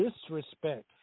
disrespect